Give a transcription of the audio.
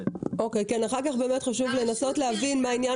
אחר כך חשוב לנסות להבין מה העניין